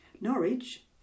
Norwich